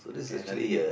and I think it